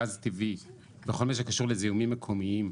גז טבעי בכל מה שקשור לזיהומים מקומיים,